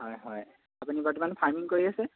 হয় হয় আপুনি বৰ্তমান ফাৰ্মিং কৰি আছে